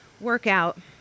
workout